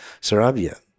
Sarabia